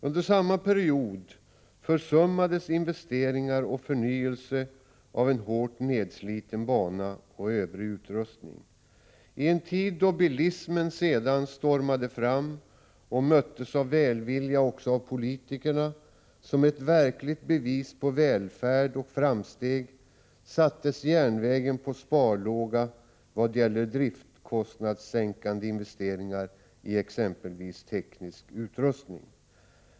Under samma period försummades investeringar och förnyelse av en hårt nedsliten bana och övrig utrustning. I en tid då bilismen stormade fram och möttes av välvilja också av politikerna, som ett verkligt bevis på välfärd och framsteg, sattes järnvägen på sparlåga vad gällde driftskostnadssänkande investeringar i exempelvis teknisk utrustning.